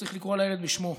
צריך לקרוא לילד בשמו.